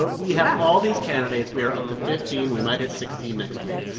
but we have all these candidates. we are up to fifteen we might hit sixteen next week.